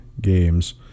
games